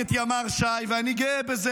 גם קשה לכם שלקחתי את ימ"ר ש"י, ואני גאה בזה,